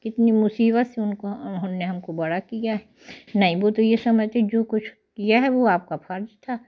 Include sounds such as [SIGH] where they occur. कितनी मुसीबत से [UNINTELLIGIBLE] हमको बड़ा किया है वो तो ये समझते हैं जो कुछ यह वो आपका फर्ज था